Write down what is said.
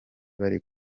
bari